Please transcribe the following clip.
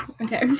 Okay